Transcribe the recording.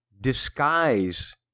disguise